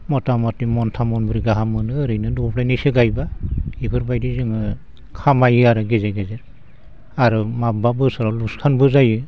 मथामथि मनथाम मनब्रै गाहाम मोनो ओरैनो दब्लायनैसो गायबा बेफोरबायदि जोङो खामायो आरो गेजेर गेजेर आरो माबेबा बोसोराव लक्सानबो जायो